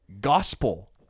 gospel